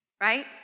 right